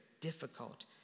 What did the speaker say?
difficult